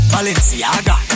Balenciaga